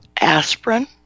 aspirin